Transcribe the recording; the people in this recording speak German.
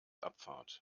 abfahrt